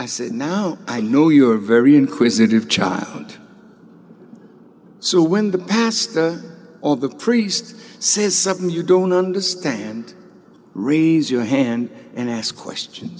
i said now i know you are very inquisitive child and so when the pastor or the priest says something you don't understand raise your hand and ask questions